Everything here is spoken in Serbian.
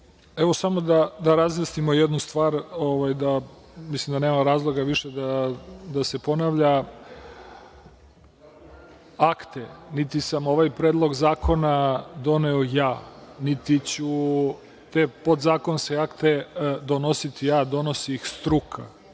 Samo da razjasnimo jednu stvar. Mislim da nema razloga više da se ponavlja. Akte, niti sam ovaj predlog zakona doneo ja, niti ću te podzakonske akte donositi ja, donosi ih struka.